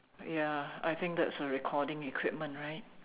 ya I think that's a recording equipment right